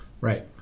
right